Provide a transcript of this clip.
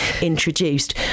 introduced